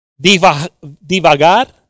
divagar